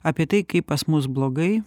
apie tai kaip pas mus blogai